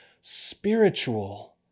spiritual